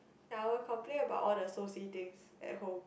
ya I will complain about all the Soci things at home